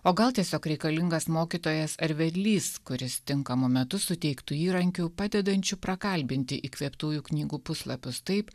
o gal tiesiog reikalingas mokytojas ar vedlys kuris tinkamu metu suteiktų įrankių padedančių prakalbinti įkvėptųjų knygų puslapius taip